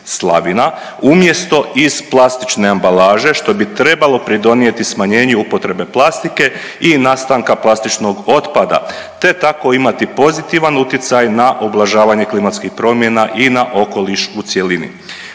umjesto iz plastične ambalaže što bi trebalo pridonijeti smanjenju upotrebe plastike i nastanka plastičnog otpada, da tako imati pozitivan utjecaj na ublažavanje klimatskih promjena i na okoliš u cjelini.